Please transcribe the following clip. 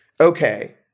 okay